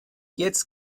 jetzt